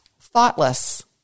thoughtless